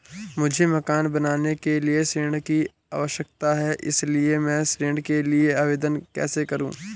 मुझे मकान बनाने के लिए ऋण की आवश्यकता है इसलिए मैं ऋण के लिए आवेदन कैसे करूं?